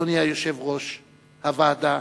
אדוני יושב-ראש הוועדה,